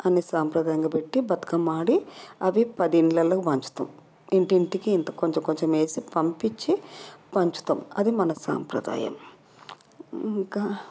అని సాంప్రదాయంగా పెట్టి బతుకమ్మ ఆడి అవి పది ఇండ్లలో పంచుతాం ఇంటింటికి ఇంత కొంచెం కొంచెం వేసి అవి పంపించి పంచుతాం అది మన సాంప్రదాయం ఇంకా